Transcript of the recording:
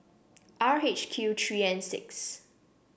R H Q three N six